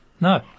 No